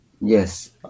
Yes